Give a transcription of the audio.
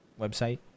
website